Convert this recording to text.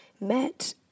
met